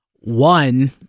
one